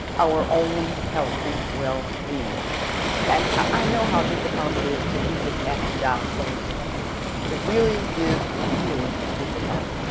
our own healthy well being and i know how difficult it is to leave it at the job place it really is really difficult.